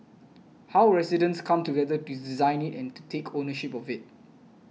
how residents come together to design it and to take ownership of it